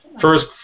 First